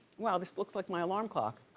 wow, this looks like my alarm clock.